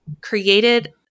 created